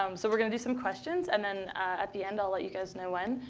um so we're going to do some questions. and then at the end, i'll let you guys know when.